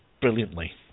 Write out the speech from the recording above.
brilliantly